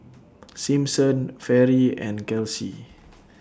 Simpson Fairy and Kelsey